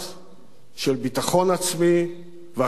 של ביטחון עצמי ואחריות לאומית.